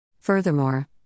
Furthermore